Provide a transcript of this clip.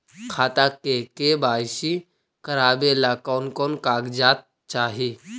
खाता के के.वाई.सी करावेला कौन कौन कागजात चाही?